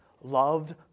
loved